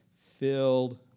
filled